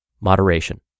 Moderation